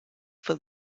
for